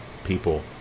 people